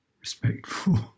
respectful